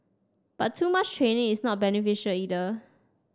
but too much training is not beneficial either